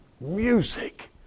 Music